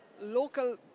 Local